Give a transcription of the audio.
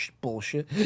bullshit